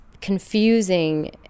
confusing